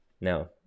Now